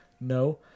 No